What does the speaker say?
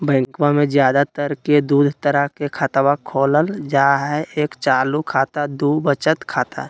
बैंकवा मे ज्यादा तर के दूध तरह के खातवा खोलल जाय हई एक चालू खाता दू वचत खाता